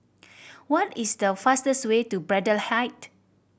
what is the fastest way to Braddell Height